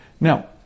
Now